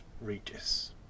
Regis